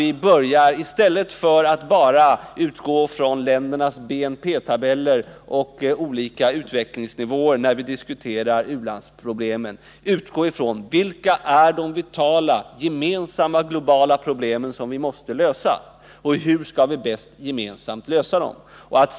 I stället för att främst utgå från ländernas BNP-tabeller och olika utvecklingsnivåer när vi diskuterar u-landsproblemen, bör vi utgå från de vitala, gemensamma globala problemen som vi måste lösa och se till hur vi bäst skall lösa dem.